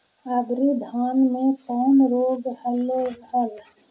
अबरि धाना मे कौन रोग हलो हल?